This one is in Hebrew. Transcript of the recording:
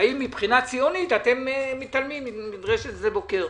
באים מבחינה ציונית, אתם מתעלמים ממדרשת שדה בוקר.